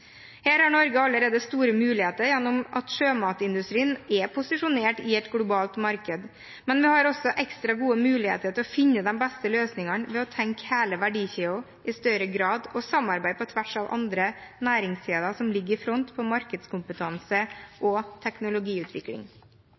Her har Norge allerede store muligheter gjennom at sjømatindustrien er posisjonert i et globalt marked. Men vi har også ekstra gode muligheter til å finne de beste løsningene ved å tenke hele verdikjeden i større grad og samarbeide på tvers av andre næringskjeder som ligger i front på markedskompetanse og teknologiutvikling.